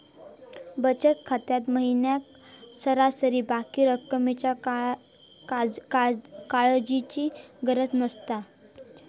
बचत खात्यात महिन्याक सरासरी बाकी रक्कमेच्या काळजीची गरज नसता